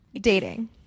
dating